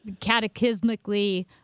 catechismically